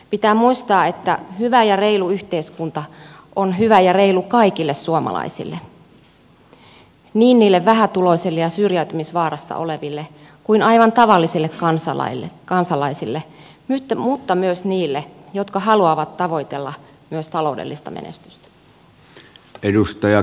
pitää muistaa että hyvä ja reilu yhteiskunta on hyvä ja reilu kaikille suomalaisille niin niille vähätuloisille ja syrjäytymisvaarassa oleville kuin aivan tavallisille kansalaisille mutta myös niille jotka haluavat tavoitella myös taloudellista menestystä